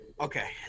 Okay